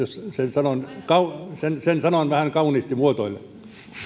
jos sen sanon vähän kauniisti muotoillen